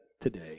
today